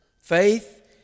faith